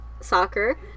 soccer